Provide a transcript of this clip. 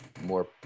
more